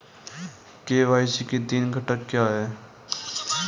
KYC के तीन घटक क्या हैं?